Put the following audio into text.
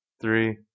three